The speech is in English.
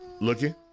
Looking